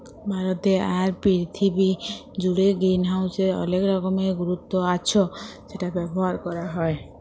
ভারতে আর পীরথিবী জুড়ে গ্রিনহাউসের অলেক রকমের গুরুত্ব আচ্ছ সেটা ব্যবহার ক্যরা হ্যয়